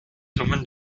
summe